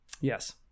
Yes